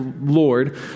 Lord